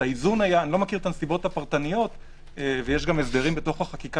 אני לא מכיר את הנסיבות הפרטניות ויש גם הסדרים בתוך החקיקה